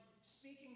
speaking